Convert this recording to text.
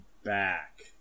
back